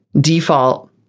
default